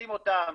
ותופסים אותם,